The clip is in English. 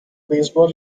baseball